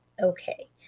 okay